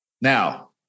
Now